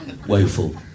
Woeful